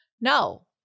No